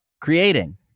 creating